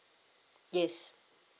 yes